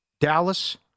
Dallas